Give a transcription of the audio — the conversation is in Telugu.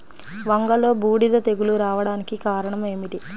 వంగలో బూడిద తెగులు రావడానికి కారణం ఏమిటి?